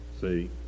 See